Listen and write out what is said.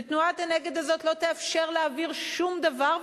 ותנועת הנגד הזאת לא תאפשר להעביר שום דבר,